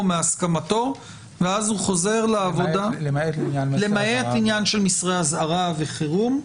מהסכמתו ואז הוא חוזר לעבודה למעט עניין של מסרי אזהרה וחירום,